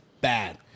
bad